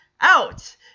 out